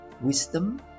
wisdom